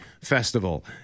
Festival